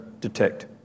detect